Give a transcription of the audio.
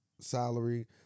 salary